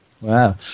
Wow